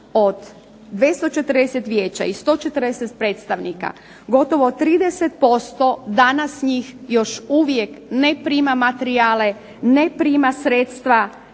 od 240 vijeća i 140 predstavnika gotovo 30% danas njih još uvijek ne prima materijale, ne prima sredstva,